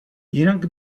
jinak